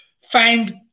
find